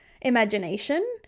imagination